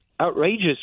outrageous